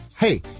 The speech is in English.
Hey